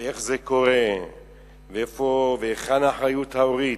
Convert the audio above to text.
ואיך זה קורה והיכן האחריות ההורית,